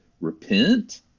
repent